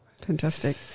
Fantastic